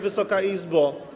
Wysoka Izbo!